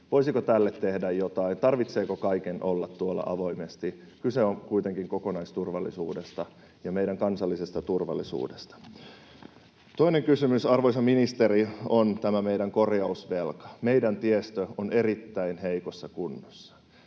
Voisiko tälle tehdä jotain? Tarvitseeko kaiken olla tuolla avoimesti? Kyse on kuitenkin kokonaisturvallisuudesta ja meidän kansallisesta turvallisuudesta. Toinen kysymys, arvoisa ministeri, on meidän korjausvelka. Meidän tiestö on erittäin heikossa kunnossa.